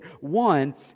One